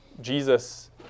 Jesus